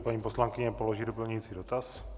Paní poslankyně položí doplňující dotaz.